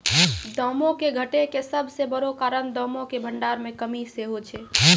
दामो के घटै के सभ से बड़ो कारण दामो के भंडार मे कमी सेहे छै